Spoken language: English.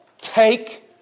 Take